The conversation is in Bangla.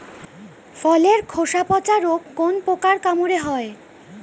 ফলের খোসা পচা রোগ কোন পোকার কামড়ে হয়?